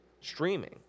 streaming